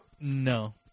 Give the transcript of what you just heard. No